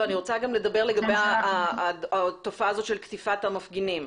אני רוצה לדבר לגבי התופעה הזאת של קטיפת המפגינים.